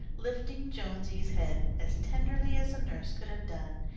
lifting jonesy's head as tenderly as a nurse could have done,